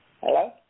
Hello